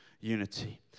unity